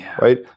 right